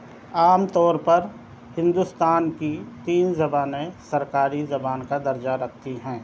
عام طور پر ہندوستان کی تین زبانیں سرکاری زبان کا درجہ رکھتی ہیں